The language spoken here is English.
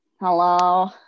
Hello